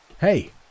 Hey